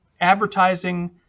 advertising